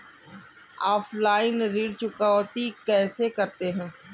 Offline ऋण चुकौती कैसे करते हैं?